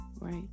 Right